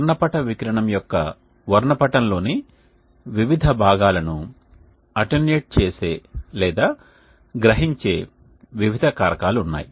వర్ణపట వికిరణం యొక్క వర్ణపటం లోని వివిధ భాగాలను అటెన్యూయేట్ చేసే లేదా గ్రహించే వివిధ వాతావరణ కారకాలు ఉన్నాయి